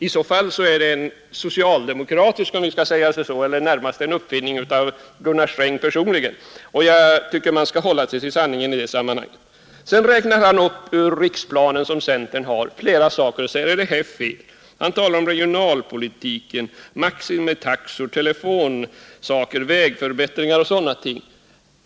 Det är en socialdemokratisk uppfinning eller närmast en uppfinning av Gunnar Sträng personligen. Jag tycker man skall hålla sig till sanningen i detta sammanhang. Ur den riksplan som centern har räknade herr Antonsson upp flera saker. Han talade om regionalpolitik, maximijärnvägstaxor, telefonavgifter, vägförbättringar och sådana ting.